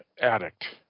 addict